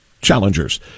challengers